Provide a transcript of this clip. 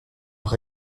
même